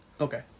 Okay